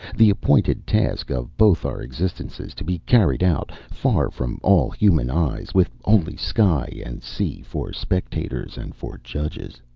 the appointed task of both our existences to be carried out, far from all human eyes, with only sky and sea for spectators and for judges.